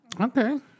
Okay